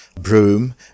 broom